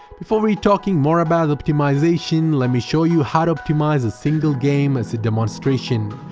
before we talking more about the optimization let me show you how to optimize a single game as a demonstration,